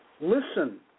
listen